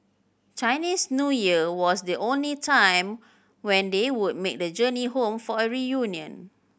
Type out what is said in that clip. Chinese New Year was the only time when they would make the journey home for a reunion